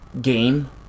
game